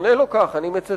עונה לו כך, אני מצטט: